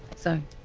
so.